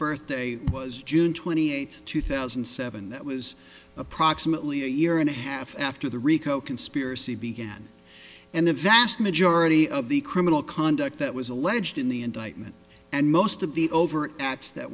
birthday was june twenty eighth two thousand and seven that was approximately a year and a half after the rico conspiracy began and the vast majority of the criminal conduct that was alleged in the indictment and most of the overt acts that